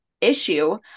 issue